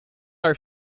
are